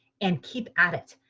and keep at it.